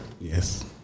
Yes